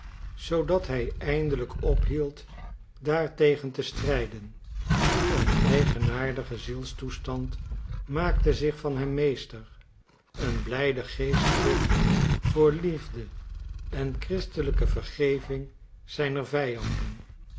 zoodat hij eindelijk ophield daartegen te strijden een eigenaardige zielstoestand maakte zich van hem meester een blijde geestdrift voor liefde en christelijke vergeving zijner vijanden